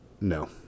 No